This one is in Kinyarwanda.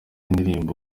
indirimbo